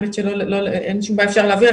אין שום בעיה להעביר,